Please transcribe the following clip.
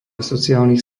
sociálnych